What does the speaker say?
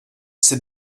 c’est